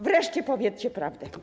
Wreszcie powiedzcie prawdę.